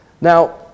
Now